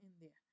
India